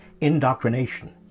indoctrination